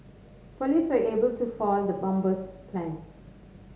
police were able to foil the bomber's plans